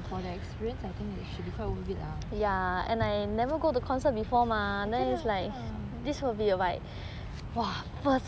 for the experience I think it should be quite worth it lah